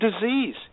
disease